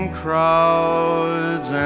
crowds